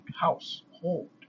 household